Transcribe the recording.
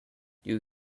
you